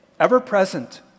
ever-present